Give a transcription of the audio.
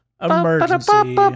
Emergency